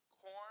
Corn